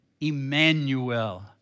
Emmanuel